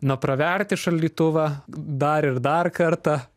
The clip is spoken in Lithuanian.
na praverti šaldytuvą dar ir dar kartą